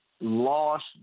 lost